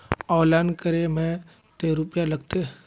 Online करे में ते रुपया लगते?